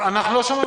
פשוט